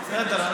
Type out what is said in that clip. תעזור להם.